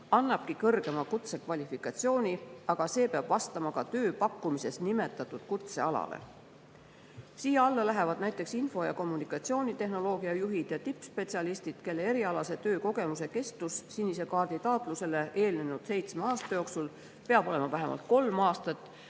annavadki kõrgema kutsekvalifikatsiooni, aga see peab vastama ka tööpakkumises nimetatud kutsealale. Siia alla lähevad näiteks info‑ ja kommunikatsioonitehnoloogia juhid ja tippspetsialistid, kelle erialase töö kogemuse kestus sinise kaardi taotlusele eelnenud seitsme aasta jooksul peab olema vähemalt kolm aastat